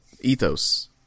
ethos